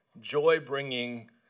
joy-bringing